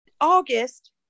August